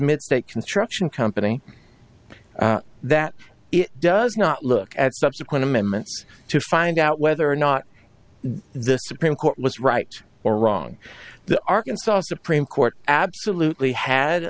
mitt state construction company that it does not look at subsequent amendments to find out whether or not this supreme court was right or wrong the arkansas supreme court absolutely had